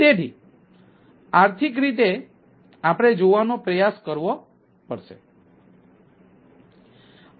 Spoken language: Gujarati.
તેથી આર્થિક રીતે આપણે જોવાનો પ્રયાસ કરવો પડશે